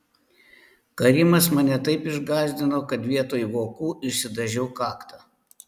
karimas mane taip išgąsdino kad vietoj vokų išsidažiau kaktą